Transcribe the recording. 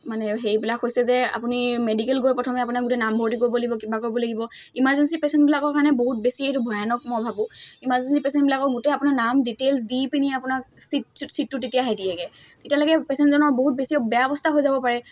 মানে সেইবিলাক হৈছে যে আপুনি মেডিকেল গৈ প্ৰথমে আপোনাক গোটেই নামভৰ্তি কৰিব লাগিব কিবা কৰিব লাগিব ইমাৰজেঞ্চি পেচেণ্টবিলাকৰ কাৰণে বহুত বেছি এইটো ভয়ানক মই মই ভাবোঁ ইমাৰ্জেঞ্চি পেচেণ্টবিলাকক গোটেই আপোনাৰ নাম ডিটেইলছ দি পিনি আপোনাক চিট চিটটো তেতিয়া হেৰি দিয়েগৈ তেতিয়ালৈকে পেচেণ্টজনৰ বহুত বেছি বেয়া অৱস্থা হৈ যাব পাৰে